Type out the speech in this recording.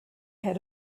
had